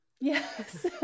Yes